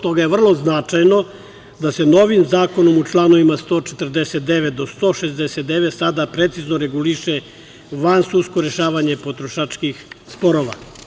Stoga je vrlo značajno da se novim zakonom u članovima 149. do 169. sada precizno reguliše vansudsko rešavanje potrošačkih sporova.